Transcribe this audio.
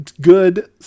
good